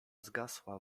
zgasła